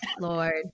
Lord